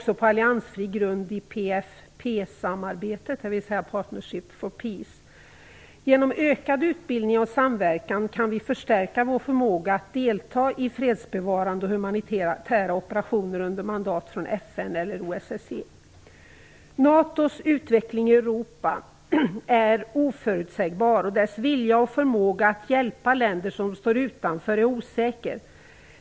samarbetet, dvs. Partnerskap för fred. Genom ökad utbildning och samverkan kan vi förstärka vår förmåga att delta i fredsbevarande och humanitära operationer under mandat från FN eller OSSE. NATO:s utveckling i Europa är oförutsägbar, och viljan och förmågan att hjälpa länder som står utanför är osäker.